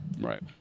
Right